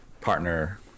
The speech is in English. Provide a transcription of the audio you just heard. partner